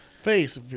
face